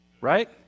right